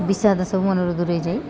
ବିଷାଦ ସବୁ ମନରୁ ଦୂରେଇଯାଏ